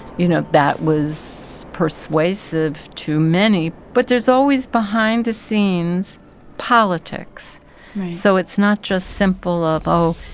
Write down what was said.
you know, that was persuasive to many. but there's always behind-the-scenes politics right so it's not just simple of oh,